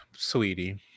sweetie